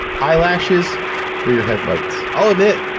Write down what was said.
eyelashes for your headlights. i'll admit,